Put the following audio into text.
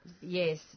Yes